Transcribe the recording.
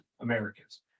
Americans